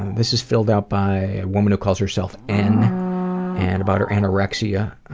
this is filled out by a woman who calls herself n and about her anorexia,